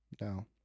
No